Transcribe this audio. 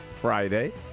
Friday